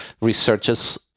researchers